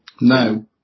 No